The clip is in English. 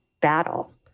battle